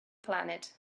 planet